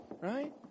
right